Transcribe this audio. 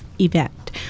event